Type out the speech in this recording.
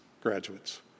graduates